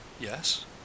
yes